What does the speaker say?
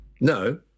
No